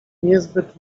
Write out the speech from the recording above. niezbyt